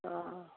ହଁ